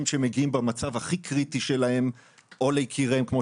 שמגיעים במצב הכי קריטי שלהם או ליקיריהם כמו